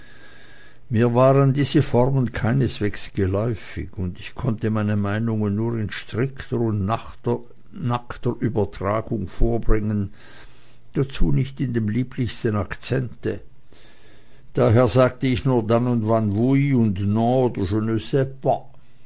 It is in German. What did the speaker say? mir waren diese formen keineswegs geläufig und ich konnte meine meinungen nur in strikter und nackter übertragung vorbringen dazu nicht in dem lieblichsten akzente daher sagte ich nur dann und wann oui und